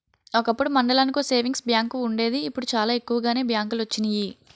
ఒకప్పుడు మండలానికో savings bank వుండేది ఇప్పుడు చాలా ఎక్కువగానే బ్యాంకులొచ్చినియి